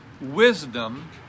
wisdom